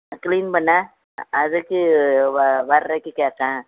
ஆ clean பண்ண அ அதுக்கு வ வர்றதுக்கு கேட்டேன்